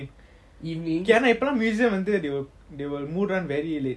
என்ன இப்போல்லாம்:enna ipolam museum they will மூடுறன்:mooduran very late